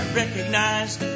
recognized